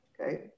okay